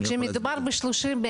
כשמדובר ב-30(ב),